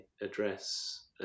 address